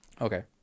Okay